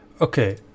Okay